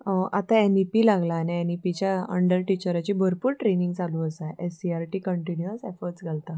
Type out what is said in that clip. आतां N E P लागला आनी एनइईपीच्या अंडर टिचराची भरपूर ट्रेनींग चालू आसा S C R T continuous efforts घालता